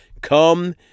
Come